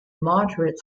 moderate